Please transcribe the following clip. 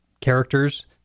characters